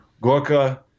Gorka